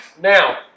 Now